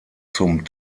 zum